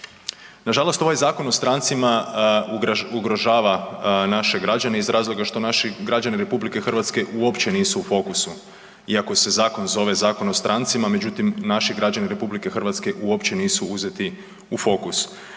Nažalost, ovaj Zakon o strancima ugrožava naše građane iz razloga što naši građani RH uopće nisu u fokusu iako se zakon zove Zakon o strancima, međutim naši građani RH uopće nisu uzeti u fokus.